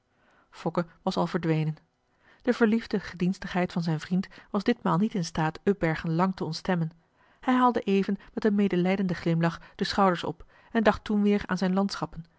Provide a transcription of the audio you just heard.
fokke was al verdwenen de verliefde gedienstigheid van zijn vriend was ditmaal niet in staat upbergen lang te ontstemmen hij haalde even met een medelijdenden glimlach de schouders op en dacht toen weer aan zijn landschappen